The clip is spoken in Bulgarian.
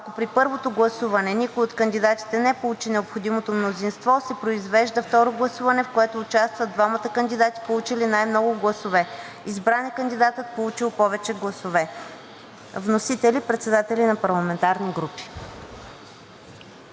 Ако при първото гласуване никой от кандидатите не получи необходимото мнозинство, се произвежда второ гласуване, в което участват двамата кандидати, получили най-много гласове. Избран е кандидатът, получил повече гласове. Вносители: председатели на парламентарни групи.“